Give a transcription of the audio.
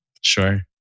Sure